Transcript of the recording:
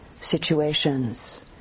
situations